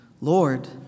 Lord